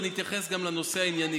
ואני אתייחס גם לנושא הענייני,